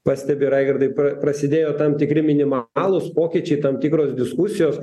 pastebi raigardai pra prasidėjo tam tikri minimalūs pokyčiai tam tikros diskusijos